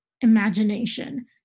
imagination